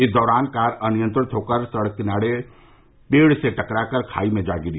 इस दौरान कार अनियंत्रित होकर सड़क किनारे पेड़ से टकरा कर खाई में जा गिरी